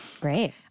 Great